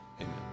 Amen